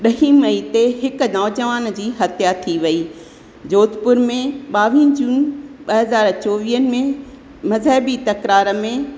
ॾह मई ते हिकु नौजवान जी हत्या थी वई जोधपुर में ॿावीह जून ॿ हज़ार चोवीहनि में मज़हबी तकरार में